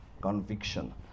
conviction